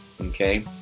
okay